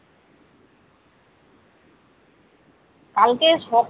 ও আচ্ছা আচ্ছা ঠিক আছে তাহলে আজকে আমি যাবো এখন তাহলে রাখছি হ্যাঁ